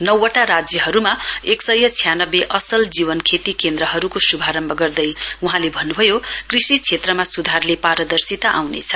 नौवटा राज्यहरूमा एक सय छ्यानब्बे असल जीवन खेती केन्द्रहरूको शुभारम्भ गर्दै वहाँले भन्नुभयो कृषि क्षेत्रमा सुधारले पारदर्शिता आउने छ